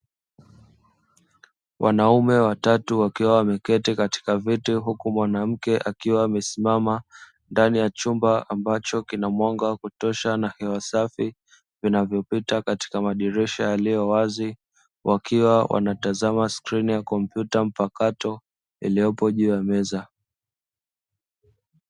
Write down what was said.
Wanaume watatu wakiwa wameketi katika viti huku mwanamke akiwa amasimama ndani ya chumba ambacho kina mwanga wa kutosha na hewa safi. Wakiwa wanamtazama skrini ya kompyuta mpakato iliyopo juu ya meza.